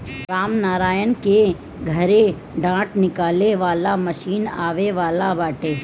रामनारायण के घरे डाँठ निकाले वाला मशीन आवे वाला बाटे